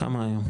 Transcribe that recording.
כמה היום?